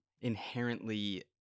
inherently